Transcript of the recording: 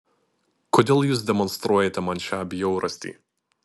kodėl jūs demonstruojate man šią bjaurastį